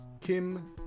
Kim